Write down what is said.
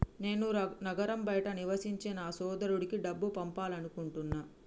నేను నగరం బయట నివసించే నా సోదరుడికి డబ్బు పంపాలనుకుంటున్నా